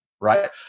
right